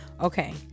Okay